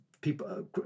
people